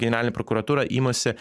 generalinė prokuratūra imasi